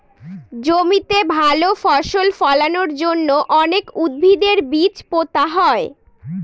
জমিতে ভালো ফসল ফলানোর জন্য অনেক উদ্ভিদের বীজ পোতা হয়